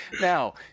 Now